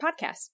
podcast